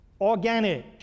Organic